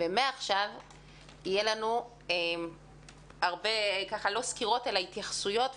מעכשיו יהיו לנו הרבה התייחסויות,